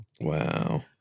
Wow